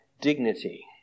dignity